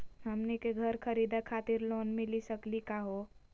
हमनी के घर खरीदै खातिर लोन मिली सकली का हो?